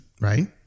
right